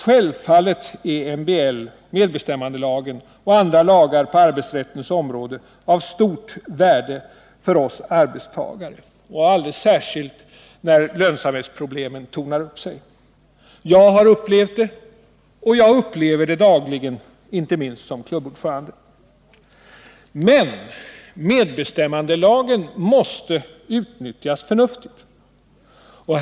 Självfallet är MBL —- medbestämmandelagen — och andra lagar på arbetsrättens område av stort värde för oss arbetstagare, och alldeles särskilt när lönsamhetsproblem tornar upp sig. Jag har upplevt det, och jag upplever det dagligen — inte minst som klubbord förande. Men — medbestämmandelagen måste utnyttjas förnuftigt.